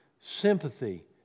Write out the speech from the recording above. Sympathy